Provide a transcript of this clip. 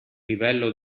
livello